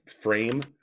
frame